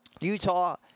Utah